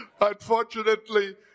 Unfortunately